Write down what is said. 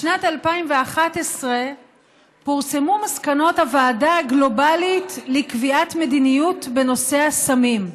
בשנת 2011 פורסמו מסקנות הוועדה הגלובלית לקביעת מדיניות בנושא הסמים.